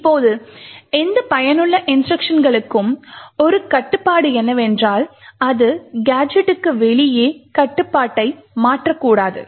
இப்போது இந்த பயனுள்ள இன்ஸ்ட்ருக்ஷன்களுக்கும் ஒரு கட்டுப்பாடு என்னவென்றால் அது கேஜெட்டுக்கு வெளியே கட்டுப்பாட்டை மாற்றக்கூடாது